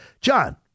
John